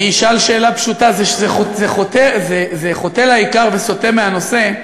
אני אשאל שאלה פשוטה, זה חוטא לעיקר וסוטה מהנושא,